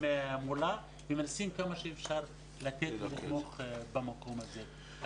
מולה ומנסים כמה שאפשר לתת ולתמוך במקום הזה.